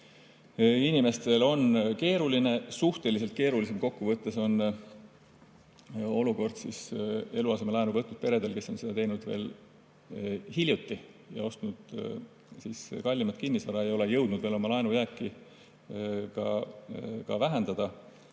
inimestel on keeruline. Suhteliselt keerulisem kokkuvõttes on olukord eluasemelaenu võtnud peredel, kes on seda teinud hiljuti ja ostnud kallimat kinnisvara ega ole jõudnud veel oma laenujääki vähendada.